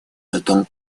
этом